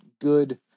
good